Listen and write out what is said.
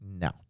No